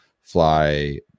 fly